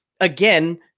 again